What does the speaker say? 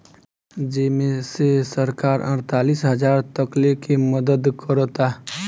जेमे से सरकार अड़तालीस हजार तकले के मदद करता